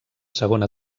segona